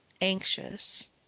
anxious